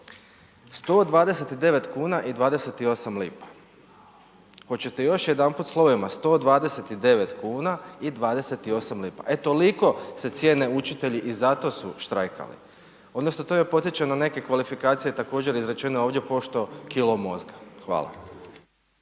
129 kuna i 28 lipa. Hoćete još jedanput slovima stodvadestidevet kuna i dvadesetiosam lipa, e toliko se cijene učitelji i zato su štrajkali. Odnosno to me podsjeća na neke kvalifikacije također izrečene ovdje, pošto kolo mozga. Hvala.